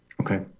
okay